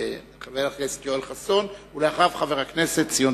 הכנסת יואל חסון, ואחריו, חבר הכנסת ציון